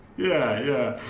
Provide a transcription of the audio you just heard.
yeah.